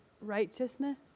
righteousness